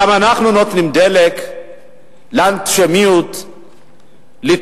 גם אנחנו נותנים דלק לאנטישמיות להתעורר,